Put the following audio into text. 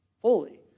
fully